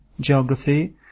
Geography